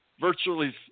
virtually